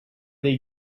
they